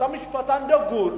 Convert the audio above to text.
אתה משפטן דגול,